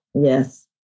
Yes